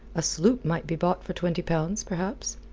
a sloop might be bought for twenty pounds, perhaps.